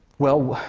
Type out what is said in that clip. well,